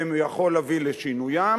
ויכול להביא לשינוים,